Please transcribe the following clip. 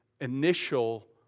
initial